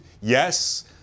yes